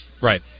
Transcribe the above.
Right